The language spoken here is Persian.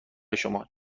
شما